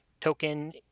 token